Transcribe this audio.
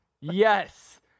Yes